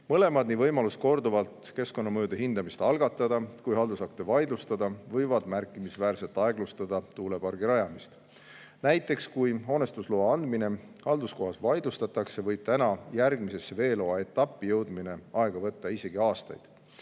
Mõlemad, nii võimalus korduvalt keskkonnamõjude hindamist algatada kui ka haldusakte vaidlustada, võivad märkimisväärselt aeglustada tuulepargi rajamise [protsessi]. Näiteks, kui hoonestusloa andmine halduskohtus vaidlustatakse, võib järgmisesse, veeloa etappi jõudmine aega võtta isegi aastaid.